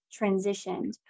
transitioned